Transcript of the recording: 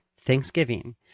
Thanksgiving